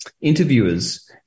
interviewers